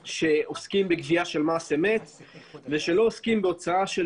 שעוסקים בגבייה של מס אמת ושלא עוסקים בהוצאה של